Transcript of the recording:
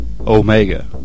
Omega